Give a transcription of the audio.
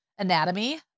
anatomy